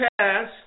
pass